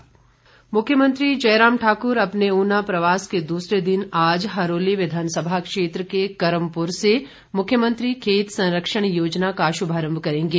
मुख्यमंत्री मुख्यमंत्री जय राम ठाकुर अपने ऊना प्रवास के दूसरे दिन आज हरोली विधानसभा क्षेत्र के कर्मप्र से मुख्यमंत्री खेत संरक्षण योजना का श्भारंभ करेंगे